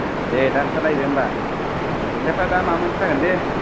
दे दा आंखारलायदो होमबा फैसाफ्रा बे माबा मोनसे जागोन बे